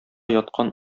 яткан